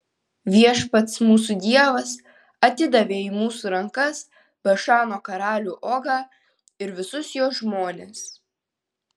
viešpats mūsų dievas atidavė į mūsų rankas bašano karalių ogą ir visus jo žmones